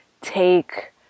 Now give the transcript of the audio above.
take